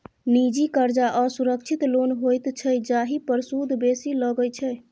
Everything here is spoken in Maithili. निजी करजा असुरक्षित लोन होइत छै जाहि पर सुद बेसी लगै छै